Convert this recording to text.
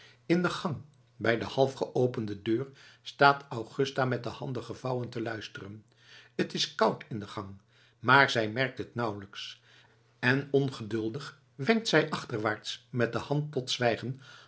in de gang bij de half geopende deur staat augusta met de handen gevouwen te luisteren t is koud in de gang maar zij merkt het nauwelijks en ongeduldig wenkt zij achterwaarts met de hand tot zwijgen